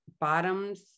bottoms